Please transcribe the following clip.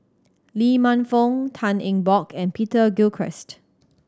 Lee Man Fong Tan Eng Bock and Peter Gilchrist